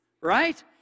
Right